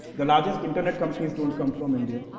the largest internet companies don't come from india.